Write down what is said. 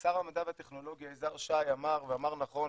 ושר המדע והטכנולוגיה יזהר שי אמר ואמר נכון,